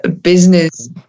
business